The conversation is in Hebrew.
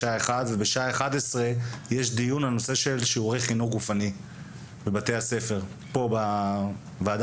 ויש דיונים על נושא של שיעורי חינוך גופני בבתי הספר פה בוועדה.